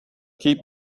keep